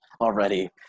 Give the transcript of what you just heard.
already